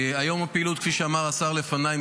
כפי שאמר השר לפניי,